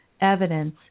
evidence